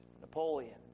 Napoleon